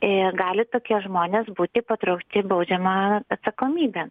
ir gali tokie žmonės būti patraukti baudžiamojon atsakomybėn